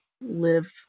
live